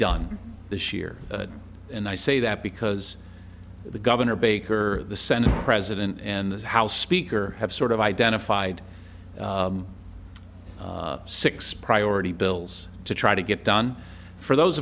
done this year and i say that because the governor baker the senate president and the house speaker have sort of identified six priority bills to try to get done for those